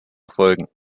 erfolgen